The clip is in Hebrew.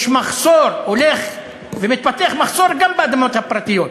יש מחסור ומתפתח מחסור גם באדמות הפרטיות,